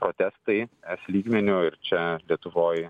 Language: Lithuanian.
protestai es lygmeniu ir čia lietuvoj